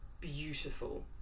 beautiful